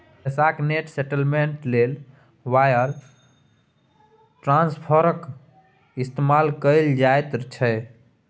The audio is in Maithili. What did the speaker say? पैसाक नेट सेटलमेंट लेल वायर ट्रांस्फरक इस्तेमाल कएल जाइत छै